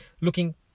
looking